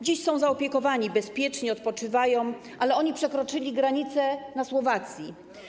Dziś są zaopiekowani, bezpiecznie odpoczywają, ale oni przekroczyli granicę na Słowacji.